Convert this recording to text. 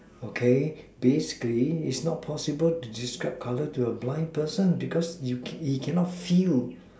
okay basically it is not possible to describe colour to a blind person because you you cannot feel